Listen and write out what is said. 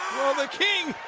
the king.